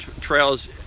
trails